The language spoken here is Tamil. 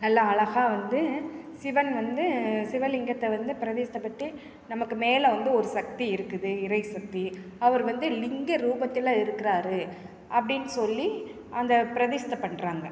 நல்லா அழகாக வந்து சிவன் வந்து சிவலிங்கத்தை வந்து பிரதிஷ்டைப்பட்டு நமக்கு மேலே வந்து ஒரு சக்தி இருக்குது இறை சக்தி அவர் வந்து லிங்க ரூபத்தில் இருக்கிறாரு அப்படின் சொல்லி அந்த பிரதிஷ்டை பண்றாங்க